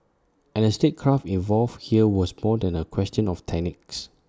and the statecraft involved here was more than A question of techniques